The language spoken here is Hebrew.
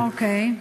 אוקיי.